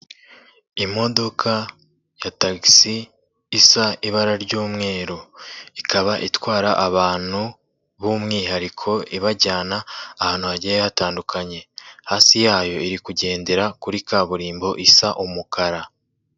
Imodoka ya tagisi isa ibara ry'umweru, ikaba itwara abantu b'umwihariko ibajyana ahantu hagiye hatandukanye, hasi yayo iri kugendera kuri kaburimbo isa umukara.